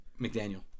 McDaniel